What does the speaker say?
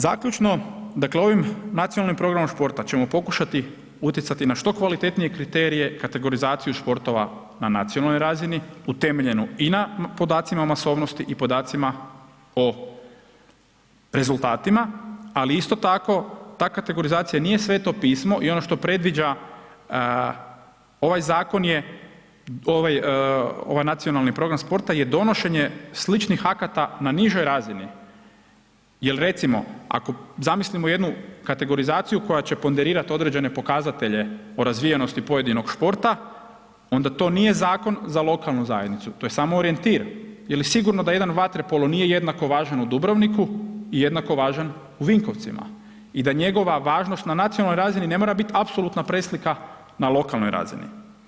Zaključno, dakle ovim Nacionalnim programom športa ćemo pokušati utjecati na što kvalitetnije kriterije, kategorizaciju športova na nacionalnoj razini, utemeljenu i na podacima o masovnosti i podacima o rezultatima ali isto, ta kategorizacija nije Sveto pismo i ono što predviđa ovaj Nacionalni program sporta je donošenje sličnih akata na nižoj razini jer recimo, zamislimo jednu kategorizaciju koja će ponderirati određene pokazatelje o razvijenosti pojedinog športa onda to nije zakon za lokalnu zajednicu, to je samo orijentir jer sigurno da jedan vaterpolo nije jednako važan u Dubrovniku i jednako važan u Vinkovcima i da njegova važnost na nacionalnoj razini ne mora bit apsolutna preslika na lokalnoj razini.